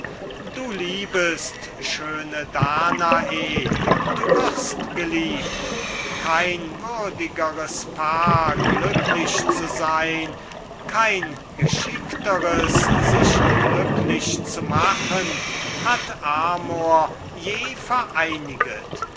du liebest schöne danae du wirst geliebt kein würdigers paar glücklich zu sein kein geschickteres sich glücklich zu machen hat amor nie vereiniget